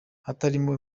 hatarimo